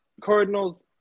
Cardinals